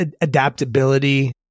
adaptability